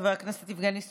חבר הכנסת יבגני סובה,